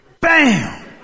Bam